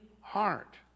heart